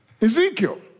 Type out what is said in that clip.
Ezekiel